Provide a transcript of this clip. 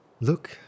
Look